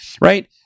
right